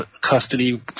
custody